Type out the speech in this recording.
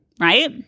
right